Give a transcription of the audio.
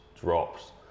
drops